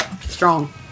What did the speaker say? strong